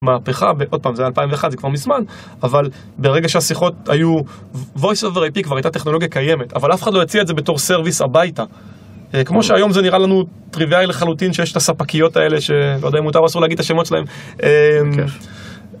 מהפכה, ועוד פעם, זה היה 2001, זה כבר מזמן, אבל ברגע שהשיחות היו voice over IP כבר הייתה טכנולוגיה קיימת, אבל אף אחד לא הציע את זה בתור סרוויס הביתה. כמו שהיום זה נראה לנו טריוויאלי לחלוטין שיש את הספקיות האלה, שלא יודע אם מותר או אסור להגיד את השמות שלהם. בכיף.